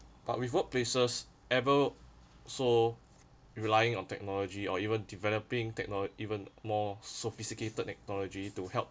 but with workplaces ever so relying on technology or even developing techno~ even more sophisticated technology to help